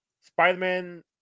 Spider-Man